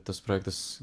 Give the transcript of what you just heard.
tas projektas